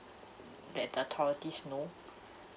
let the authorities know